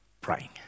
praying